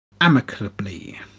amicably